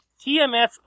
TMS